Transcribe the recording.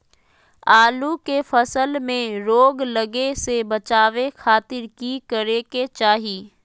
आलू के फसल में रोग लगे से बचावे खातिर की करे के चाही?